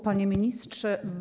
Panie Ministrze!